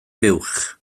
buwch